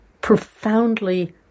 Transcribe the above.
profoundly